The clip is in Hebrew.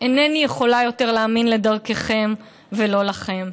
אינני יכולה יותר להאמין לא לדרכם ולא לכם.